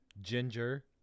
Ginger